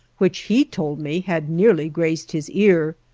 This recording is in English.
which he told me had nearly grazed his ear.